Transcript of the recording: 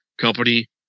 company